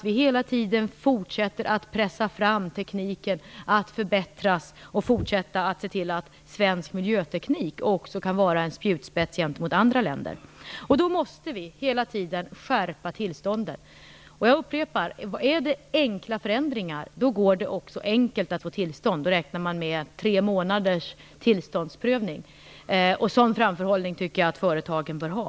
Vi skall fortsätta pressa fram tekniken så att den fortsätter förbättras, och vi skall fortsätta se till att svensk miljöteknik också kan vara en spjutspets gentemot andra länder. Då måste vi hela tiden skärpa tillstånden. Jag upprepar: Om det är enkla förändringar går det också enkelt att få tillstånd. Då räknar man med tre månaders tillståndsprövning. Sådan framförhållning tycker jag att företagen bör ha.